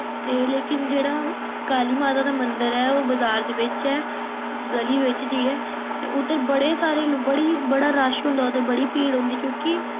ते लेकिन जेह्ड़ा काली माता दा मंदर ऐ ओ बजार दे बिच ऐ गली विच जाइयै ते उद्धर बड़े सारे बड़ी बड़ा रश होंदा उद्धर बड़ी भीड़ होंदी क्यूंकि